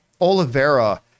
Oliveira